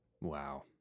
Wow